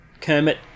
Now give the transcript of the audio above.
Kermit